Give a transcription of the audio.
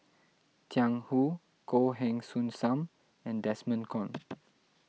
Jiang Hu Goh Heng Soon Sam and Desmond Kon